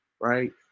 right